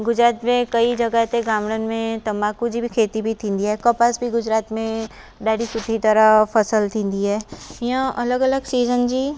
गुजरात में कई जॻह ते गामरनि में तंबाकू जी खेती बि थींदी आहे कपह बि गुजरात में ॾाढी सुठी तरह फ़सुलु थींदी आहे हीअं अलॻि अलॻि सीज़न जी